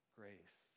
grace